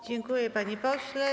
Dziękuję, panie pośle.